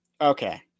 Okay